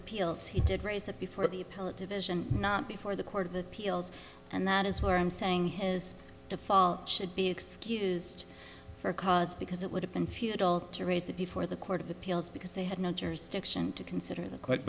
appeals he did raise it before the appellate division not before the court of appeals and that is where i'm saying his default should be excused for cause because it would have been futile to raise it before the court of appeals because they had no jurisdiction to consider the